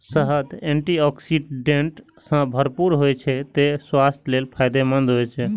शहद antioxidant सं भरपूर होइ छै, तें स्वास्थ्य लेल फायदेमंद होइ छै